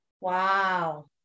Wow